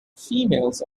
females